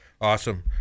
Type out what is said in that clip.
Awesome